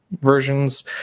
versions